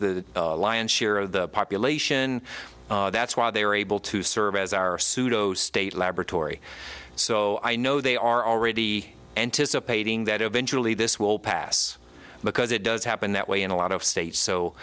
the lion's share of the population that's why they were able to serve as our pseudo state laboratory so i know they are already anticipating that eventually this will pass because it does happen that way in a lot of states so